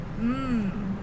Mmm